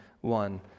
one